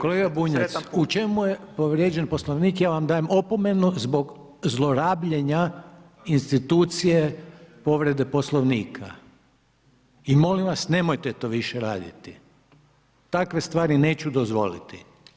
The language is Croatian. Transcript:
Kolega Bunjac u čemu je povrijeđen Poslovnik, ja vam dajem opomenu, zbog zlorabljenja institucije povrede Poslovnika i molim vas nemojte to više raditi, takve stvari neću dozvoliti.